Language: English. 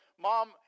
mom